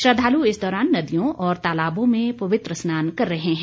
श्रद्वालु इस दौरान नदियों और तालाबों में पवित्र स्नान कर रहे हैं